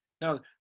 Now